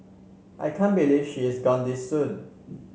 I can't believe she is gone this soon